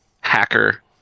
hacker